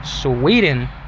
Sweden